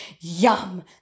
Yum